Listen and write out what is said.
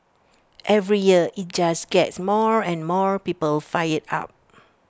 every year IT just gets more and more people fired up